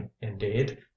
indeed